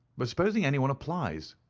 but supposing anyone applies,